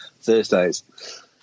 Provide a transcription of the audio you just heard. Thursdays